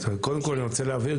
קודם כול, אני רוצה להבהיר.